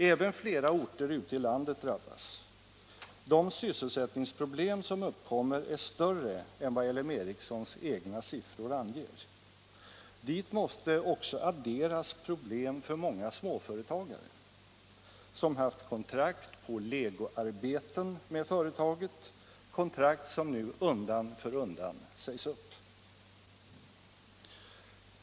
Även flera orter ute i landet drabbas. De sysselsättningsproblem som uppkommer är större än vad L M Ericssons egna siffror anger. Dit måste också adderas problemen för många småföretagare som haft kontrakt på legoarbeten med företaget — kontrakt som nu undan för undan sägs upp.